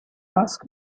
ask